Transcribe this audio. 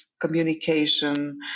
communication